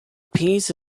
piece